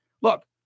Look